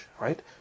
right